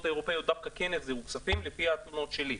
האירופאיות דווקא כן החזירו כספים לפי התלונות שלי,